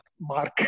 mark